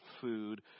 food